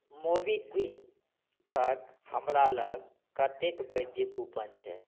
मोबीक्विकके हमरालग कतेक वैध कूपन छै